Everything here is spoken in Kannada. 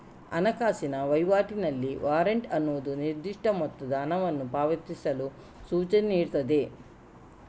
ಹಣಕಾಸಿನ ವೈವಾಟಿನಲ್ಲಿ ವಾರೆಂಟ್ ಅನ್ನುದು ನಿರ್ದಿಷ್ಟ ಮೊತ್ತದ ಹಣವನ್ನ ಪಾವತಿಸಲು ಸೂಚನೆ ನೀಡ್ತದೆ